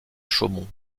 chaumont